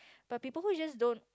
but people who just don't